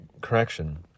Correction